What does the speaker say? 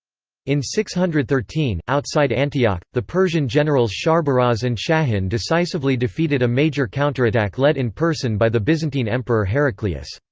in six hundred and thirteen, outside antioch, the persian generals shahrbaraz and shahin decisively defeated a major counter-attack led in person by the byzantine emperor heraclius.